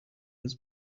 روز